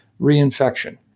reinfection